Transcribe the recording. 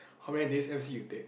how many days M_C you take